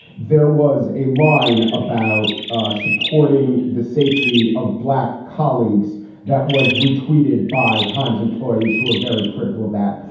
there was a line about supporting the safety of black colleagues that was retweeted by times employees who are very critical of that.